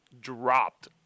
dropped